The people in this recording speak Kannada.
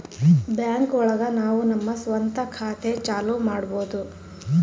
ಬ್ಯಾಂಕ್ ಒಳಗ ನಾವು ನಮ್ ಸ್ವಂತ ಖಾತೆ ಚಾಲೂ ಮಾಡ್ಬೋದು